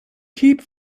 keep